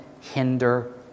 hinder